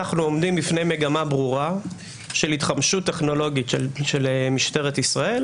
אנחנו עומדים בפני מגמה ברורה של התחמשות טכנולוגית של משטרת ישראל,